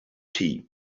tea